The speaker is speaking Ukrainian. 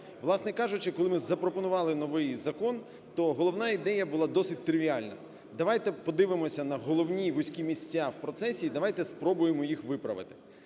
Власне кажучи, коли ми запропонували новий закон, то головна ідея була досить тривіальна. Давайте подивимося на головні вузькі місця в процесі і давайте спробуємо їх виправити.